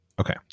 Okay